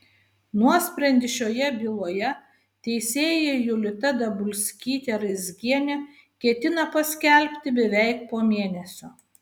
nuosprendį šioje byloje teisėja julita dabulskytė raizgienė ketina paskelbti beveik po mėnesio